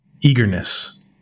eagerness